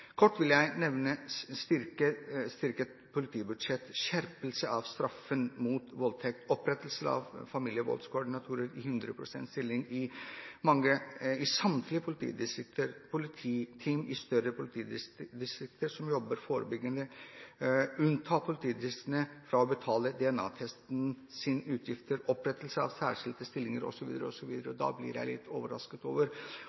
Kort vil jeg nevne et styrket politibudsjett, skjerpelse av straffen for voldtekt, opprettelse av familievoldskoordinatorer i 100 pst. stilling i samtlige politidistrikter, polititeam i større politidistrikter som jobber forebyggende, unnta politidistriktene fra å betale testutgifter for DNA, opprettelse av særskilte stillinger osv. Jeg blir litt overrasket over